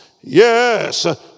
Yes